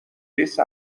ریز